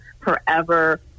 forever